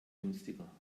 günstiger